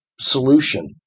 solution